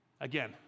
Again